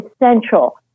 essential